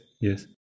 yes